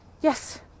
Yes